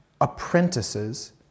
apprentices